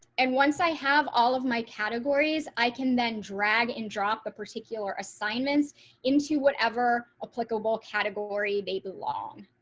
and once i have all of my categories. i can then drag and drop the particular assignments into whatever applicable category, they belong.